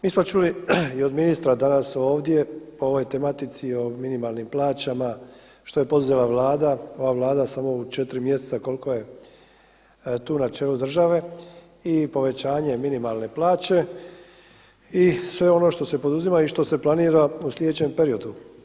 Mi smo čuli i od ministra danas ovdje po ovoj tematici o minimalnim plaćama što je poduzela Vlada, ova Vlada samo u 4 mjeseca koliko je tu na čelu države i povećanje minimalne plaće i sve ono što se poduzima i što se planira u sljedećem periodu.